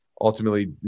ultimately